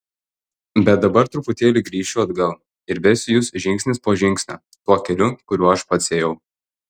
bet dabar truputėlį grįšiu atgal ir vesiu jus žingsnis po žingsnio tuo keliu kuriuo aš pats ėjau